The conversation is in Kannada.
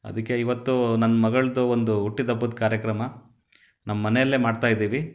ಅದಕ್ಕೆ ಇವತ್ತು ನನ್ನ ಮಗಳದ್ದು ಒಂದು ಹುಟ್ಟಿದ್ ಹಬ್ಬದ ಕಾರ್ಯಕ್ರಮ ನಮ್ಮ ಮನೆಯಲ್ಲೇ ಮಾಡ್ತಾ ಇದ್ದೀವಿ